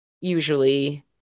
usually